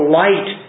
light